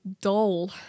dull